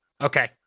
Okay